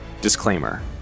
Disclaimer